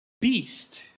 Beast